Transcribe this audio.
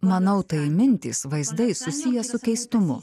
manau tai mintys vaizdai susiję su keistumu